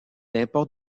importe